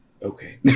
Okay